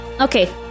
Okay